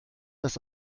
das